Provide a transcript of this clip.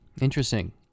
Interesting